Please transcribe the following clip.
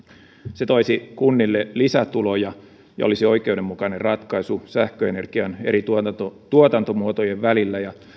se toisi kunnille lisätuloja ja olisi oikeudenmukainen ratkaisu sähköenergian eri tuotantomuotojen välillä ja